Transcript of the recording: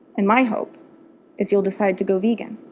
and my hope is, you'll decide to go vegan.